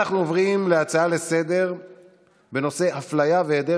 נעבור להצעות לסדר-היום בנושא: אפליה והיעדר